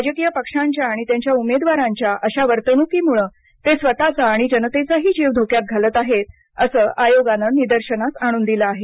राजकीय पक्षांच्या आणि त्यांच्या उमेदवारांच्या अशा वर्तणुकीमुळं ते स्वतचा आणि जनतेचाही जीव धोक्यात घालत आहेत असं आयोगानं निदर्शनास आणून दिलं आहे